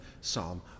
psalm